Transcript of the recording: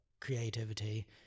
creativity